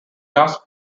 lasts